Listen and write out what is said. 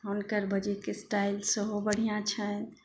हुनकर बजयके स्टाइल सेहो बढ़िआँ छनि